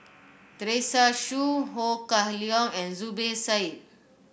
Teresa Hsu Ho Kah Leong and Zubir Said